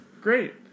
Great